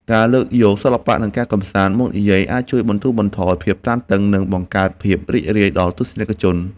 ការលើកយក សិល្បៈ និងការកម្សាន្ត មកនិយាយ អាចជួយបន្ធូរបន្ថយភាពតានតឹង និងបង្កើតភាពរីករាយដល់ទស្សនិកជន។